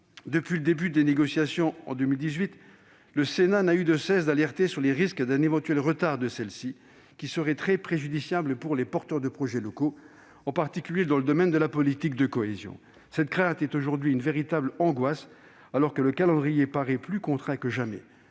depuis le début des négociations en 2018, le Sénat n'a eu de cesse d'alerter sur les risques d'un éventuel retard de celles-ci, retard qui serait très préjudiciable pour les porteurs de projets locaux, en particulier dans le domaine de la politique de cohésion. Cette crainte devient aujourd'hui une véritable angoisse, alors que le calendrier paraît plus contraint que jamais.